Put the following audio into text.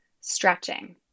Stretching